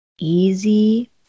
easy